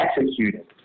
executed